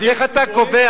איך אתה קובע?